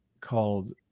called